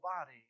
body